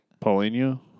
Paulinho